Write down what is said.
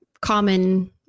common